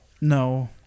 No